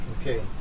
Okay